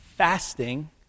fasting